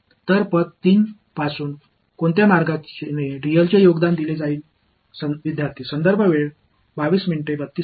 எனவே பாதை 3 இலிருந்து dl க்கு எந்த வழியில் பங்களிப்பு இருக்கும்